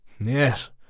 Yes